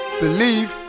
believe